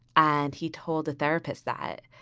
and he told the therapist that.